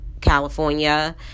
california